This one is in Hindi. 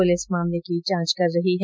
पुलिस मामले की जांच कर रही है